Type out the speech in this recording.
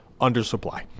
undersupply